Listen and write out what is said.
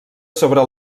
sobre